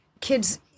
kids